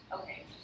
Okay